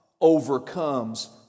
overcomes